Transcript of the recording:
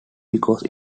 because